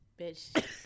bitch